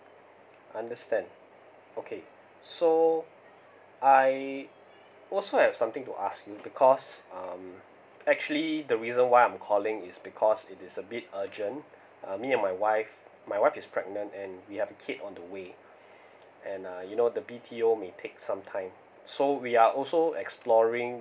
understand okay so I also have something to ask because um actually the reason why I'm calling is because it is a bit urgent uh me and my wife my wife is pregnant and we have kid on the way and uh you know the B T O may take some time so we are also exploring